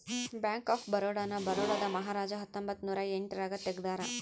bank of Baroda ನ ಬರೋಡಾದ ಮಹಾರಾಜ ಹತ್ತೊಂಬತ್ತ ನೂರ ಎಂಟ್ ರಾಗ ತೆಗ್ದಾರ